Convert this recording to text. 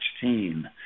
team